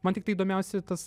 man tiktai įdomiausia tas